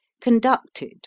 conducted